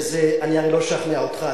אני הרי לא אשכנע אותך,